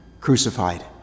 crucified